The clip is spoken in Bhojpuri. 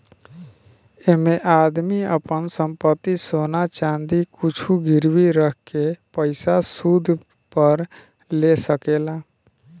ऐइमे आदमी आपन संपत्ति, सोना चाँदी कुछु गिरवी रख के पइसा सूद पर ले सकेला